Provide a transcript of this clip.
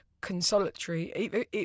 consolatory